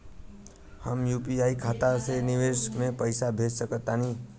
हम यू.पी.आई खाता से विदेश म पइसा भेज सक तानि?